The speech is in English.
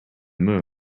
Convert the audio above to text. moon